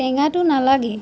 টেঙাটো নালাগে